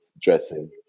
dressing